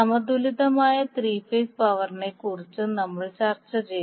സമതുലിതമായ three phase പവറിനെക്കുറിച്ചും നമ്മൾ ചർച്ച ചെയ്തു